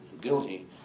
guilty